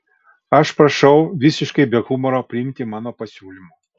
aš prašau visiškai be humoro priimti mano pasiūlymą